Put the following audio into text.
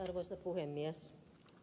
arvoisa puhemies